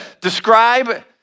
describe